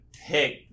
pick